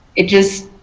it just,